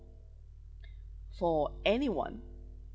for anyone